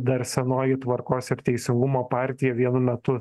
dar senoji tvarkos ir teisingumo partija vienu metu